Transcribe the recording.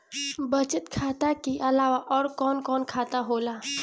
बचत खाता कि अलावा और कौन कौन सा खाता होला?